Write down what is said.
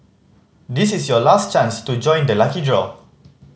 this is your last chance to join the lucky draw